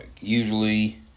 Usually